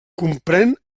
comprèn